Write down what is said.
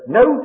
no